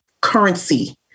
currency